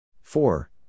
Four